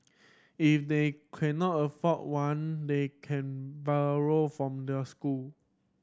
if they cannot afford one they can borrow from the school